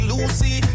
Lucy